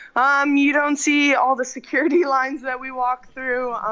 um you don't see all the security lines that we walk through, ah